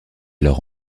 alors